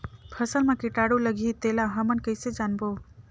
फसल मा कीटाणु लगही तेला हमन कइसे जानबो?